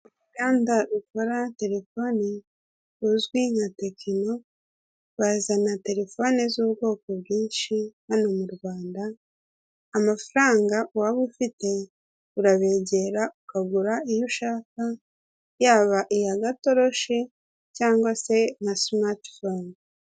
Uruganda rukora telefoni ruzwi nka Tekino bazana telefoni z'ubwoko bwinshi, hano mu Rwanda amafaranga waba ufite urabegera ukagura iyo ushaka yaba iya gatotoroshi cyangwa se nka Simati foni.